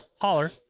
holler